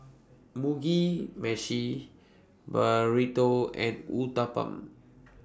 Mugi Meshi Burrito and Uthapam